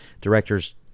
directors